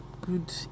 good